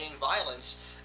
violence